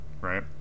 right